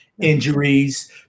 injuries